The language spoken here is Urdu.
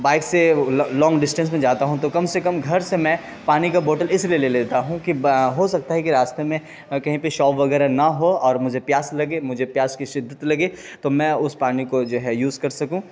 بائک سے لانگ ڈسٹینس میں جاتا ہوں تو کم سے کم گھر سے میں پانی کا بوٹل اس لیے لے لیتا ہوں کہ ہو سکتا ہے کہ راستے میں کہیں پہ شاپ وغیرہ نہ ہو اور مجھے پیاس لگے مجھے پیاس کی شدت لگے تو میں اس پانی کو جو ہے یوز کر سکوں